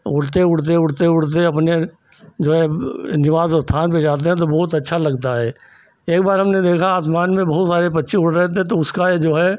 और उड़ते उड़ते उड़ते उड़ते अपने जो है निवास स्थान पर जाते हैं तो बहुत अच्छा लगता है एक बार हमने देखा कि आसमान में बहुत सारे पक्षी उड़ रहे थे तो उसका जो है